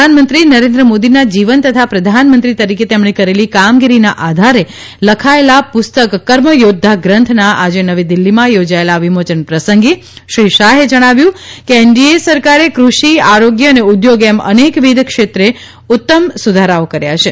પ્રધાનમંત્રી નરેન્દ્ર મોદીના જીવન તથા પ્રધાનમંત્રી તરીકે તેમણે કરેલી કામગીરીના આધારે લખાયેલા પુસ્તક કર્મયોદ્વા ગ્રંથના આજે નવી દિલ્હીમાં યોજાયેલા વિમોચન પ્રસંગે શ્રી શાહે જણાવ્યું કે એનડીએ સરકારે ક઼વિ આરોગ્ય અને ઉદ્યોગ એમ અનેકવિધ ક્ષેત્રે ઉત્તમ સુધારાઓ કર્યા છે